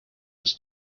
its